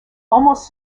almost